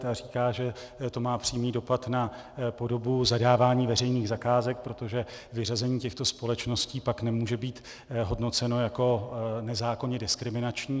A říká, že to má přímý dopad na podobu zadávání veřejných zakázek, protože vyřazení těchto společností pak nemůže být hodnoceno jako nezákonně diskriminační.